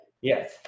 yes